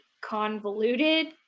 convoluted